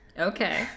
okay